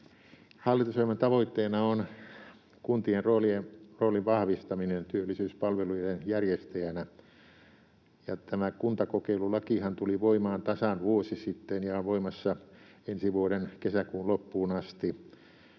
Hallitusohjelman tavoitteena on kuntien roolin vahvistaminen työllisyyspalvelujen järjestäjänä. Tämä kuntakokeilulakihan tuli voimaan tasan vuosi sitten ja on voimassa ensi vuoden kesäkuun loppuun asti,